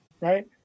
right